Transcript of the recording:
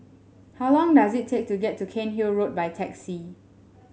how long does it take to get to Cairnhill Road by taxi